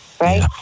right